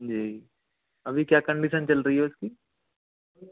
जी अभी क्या कंडिशन चल रही है उसकी